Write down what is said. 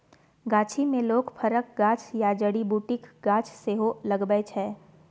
गाछी मे लोक फरक गाछ या जड़ी बुटीक गाछ सेहो लगबै छै